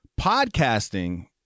Podcasting